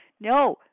No